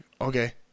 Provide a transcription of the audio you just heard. Okay